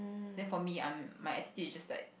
then for me I'm my attitude is just like